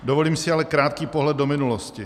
Dovolím si ale krátký pohled do minulosti.